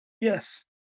yes